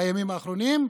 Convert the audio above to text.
בימים האחרונים?